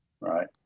right